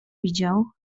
widział